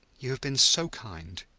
you have been so kind,